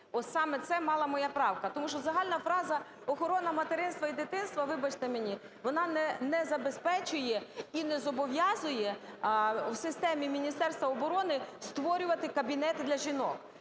Саме це мала моя правка. Тому що загальна фраза "охорона материнства і дитинства", вибачте мені, вона не забезпечує і не зобов'язує в системі Міністерства оборони створювати кабінети для жінок.